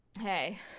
hey